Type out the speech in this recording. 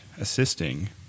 assisting